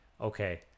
Okay